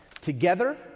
Together